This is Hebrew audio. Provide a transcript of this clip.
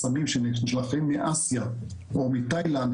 סמים שנשלחים מאסיה או מתאילנד,